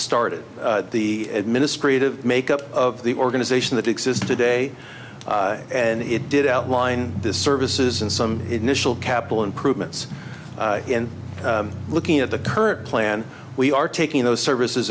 started the administrative make up of the organization that exists today and it did outline the services in some initial capital improvements in looking at the current plan we are taking those services